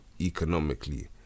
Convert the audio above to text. economically